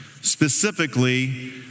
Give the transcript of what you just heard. specifically